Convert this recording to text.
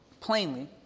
plainly